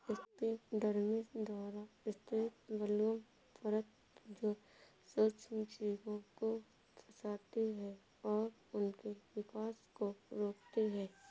epidermis द्वारा स्रावित बलगम परत जो सूक्ष्मजीवों को फंसाती है और उनके विकास को रोकती है